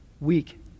Weak